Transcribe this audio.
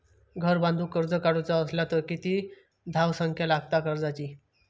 घर बांधूक कर्ज काढूचा असला तर किती धावसंख्या लागता कर्जाची?